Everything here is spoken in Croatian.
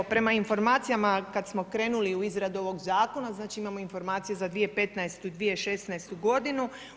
Evo prema informacijama kada smo krenuli u izradu ovog zakona, znači imamo informacije za 2015.i 2016. godinu.